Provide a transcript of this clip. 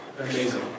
amazing